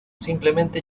simplemente